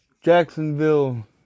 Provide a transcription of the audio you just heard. Jacksonville